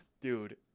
dude